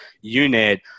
unit